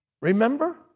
Remember